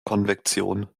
konvektion